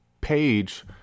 page